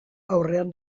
aurrean